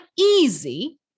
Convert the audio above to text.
easy